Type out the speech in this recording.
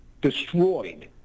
destroyed